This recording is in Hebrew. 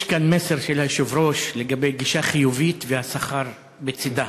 יש כאן מסר של היושב-ראש לגבי גישה חיובית והשכר בצדה.